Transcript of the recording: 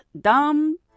dumb